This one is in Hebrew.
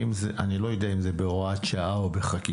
אני לא יודע אם זה בהוראת שעה או בחקיקה,